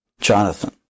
Jonathan